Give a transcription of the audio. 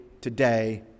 today